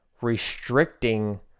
restricting